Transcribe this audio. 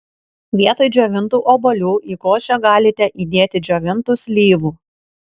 vietoj džiovintų obuolių į košę galite įdėti džiovintų slyvų